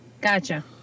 Gotcha